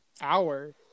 hour